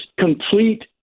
Complete